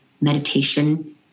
meditation